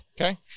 Okay